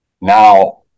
now